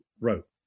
wrote